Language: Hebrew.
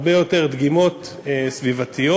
הרבה יותר דגימות סביבתיות.